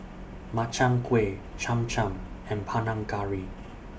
Makchang Gui Cham Cham and Panang Curry